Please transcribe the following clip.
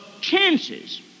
chances